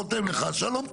הוא חותם לך ושלום.